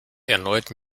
erneut